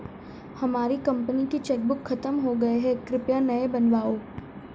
हमारी कंपनी की चेकबुक खत्म हो गई है, कृपया नई बनवाओ